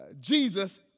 Jesus